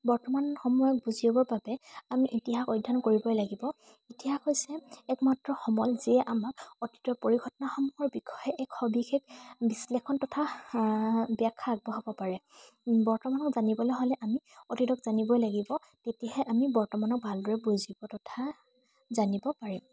বৰ্তমান সময়ক বুজিবৰ বাবে আমি ইতিহাস অধ্যয়ন কৰিবই লাগিব ইতিহাস হৈছে একমাত্ৰ সমল যিয়ে আমাক অতীতৰ পৰিঘটনাসমূহৰ বিষয়ে এক সবিশেষ বিশ্লেষণ তথা ব্যাখ্য়া আগবঢ়াব পাৰে বৰ্তমানক জানিবলৈ হ'লে আমি অতীতক জানিবই লাগিব তেতিয়াহে আমি বৰ্তমানক ভালদৰে বুজিব তথা জানিব পাৰিম